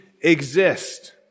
exist